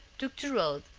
took the road,